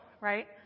right